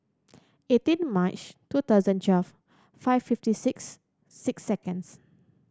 eighteen March two thousand twelve five fifty six six seconds